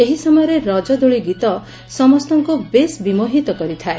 ଏହି ସମୟରେ ରଜ ଦୋଳିଗୀତ ସମସ୍ତଙ୍କ ବେଶ୍ ବିମୋହିତ କରିଥାଏ